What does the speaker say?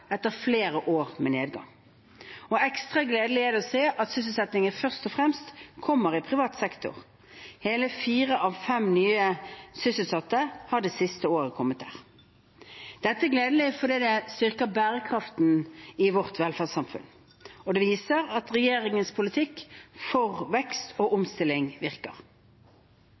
etter flere år med nedgang. Ekstra gledelig er det å se at sysselsettingen først og fremst kommer i privat sektor. Hele fire av fem nye sysselsatte har det siste året kommet der. Dette er gledelig, for det styrker bærekraften i vårt velferdssamfunn. Og det viser at regjeringens politikk for vekst og omstilling virker.